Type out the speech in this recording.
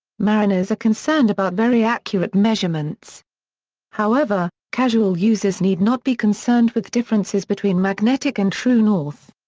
mariners are concerned about very accurate measurements however, casual users need not be concerned with differences between magnetic and true north.